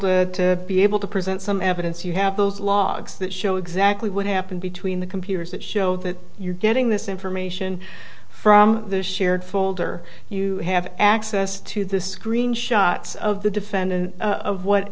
to be able to present some evidence you have those logs that show exactly what happened between the computers that show that you're getting this information from the shared folder you have access to the screenshots of the defendant of what